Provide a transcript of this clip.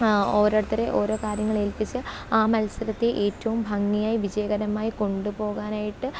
ഓരോരുത്തരെ ഓരോ കാര്യങ്ങളേല്പ്പിച്ച് ആ മത്സരത്തെ ഏറ്റവും ഭംഗിയായി വിജയകരമായി കൊണ്ടുപോകാനായിട്ട്